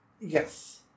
Yes